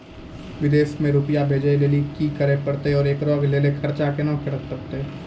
विदेश मे रुपिया भेजैय लेल कि करे परतै और एकरा लेल खर्च केना परतै?